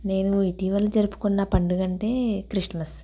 నేను ఇటీవల జరుపుకున్న పండుగ అంటే క్రిస్మస్